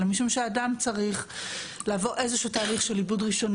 אלא משום שאדם צריך לעבור איזה שהוא תהליך של עיבוד ראשוני